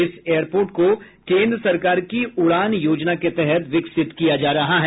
इस एयरपोर्ट को केन्द्र सरकार की उड़ान योजना के तहत विकसित किया जा रहा है